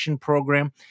program